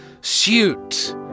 suit